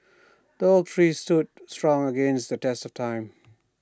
the oak tree stood strong against the test of time